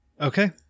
Okay